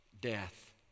death